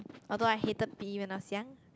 although I hated P_E when I was young